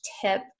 tip